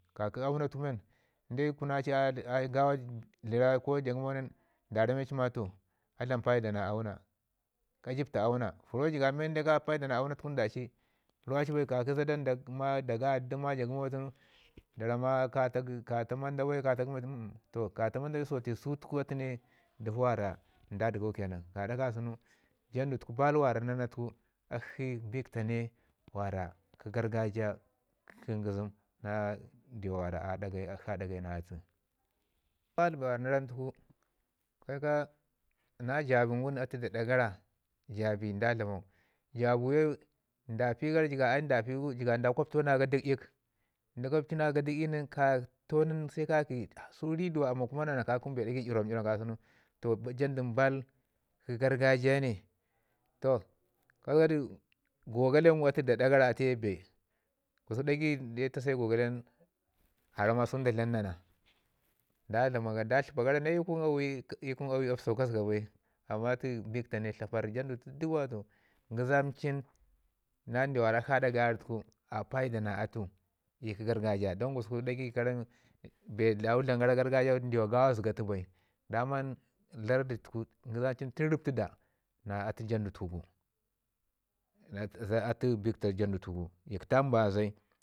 ka ki auno tu men in de kuna cin a gawa tləra ko ja gəmo men da rame ci ma toh a dlam paida na duna ka jəb ta auna. Fəro jigab merin de ka paida na auno tuku da ci ruwa ci bai ka ki zada nda ma nda gaya dədəm ma ja gəmo tunu da ramma ka ta manda bai ka ta gəmo bai amm- amm. Toh ka manda bin sotai sutu ku ne dəuo wara nda dəgau ke nan gaɗa kasau jandu tuku ne bau wara na na tuku akshi bik taa ne wara kə gargajiya kə ngizin na ndiwa wanda aɗa gayi akshi aɗa gayi na atu. Baal bee na ramu tuku ke ka na jaabi ngum atu da aɗa gara ke ka jaabi da dlamau gara jabu ye da pi gara jigaɓ nda gwaptau na gaɗak'ik nda gwaptu na gaɗak'ik se ka ki su ridu wa amman na na ka kəmu bee dagai ii rom- ii rom kasau. Jandu baal kə gargajiya ne. Gogale ngum da aɗa gara atu ye bee, da gai ta se gogale nin a ramma sau da dlam na na, da dlama gara nda tlapaa gara i kun a wai apsawu ka zəgu bai amman atu bik taa ne tlaparr ga zəga bai ngizamcin na ndawa wanda akshi a ɗa gayi na atu a a ri tuku a paida na atu ii. Kə gargajiya don gusku ɗagai ka ramu bee dawi dlam gara gargajiya ndawa gawa zəga tu bai daman lardi tuku ngizamcin tun ruptu ɗaa na atu jandu tuku atu bik taa jandu tuku, ja tambazai.